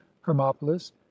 hermopolis